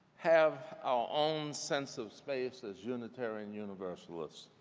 have our own sense of space as unitarian universalist